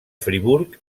friburg